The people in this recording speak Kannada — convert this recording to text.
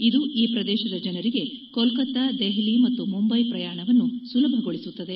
ಇದು ಈ ಪ್ರದೇಶದ ಜನರಿಗೆ ಕೋಲ್ಕತಾ ದೆಹಲಿ ಮತ್ತು ಮುಂಬೈ ಪ್ರಯಾಣವನ್ನು ಸುಲಭಗೊಳಿಸುತ್ತದೆ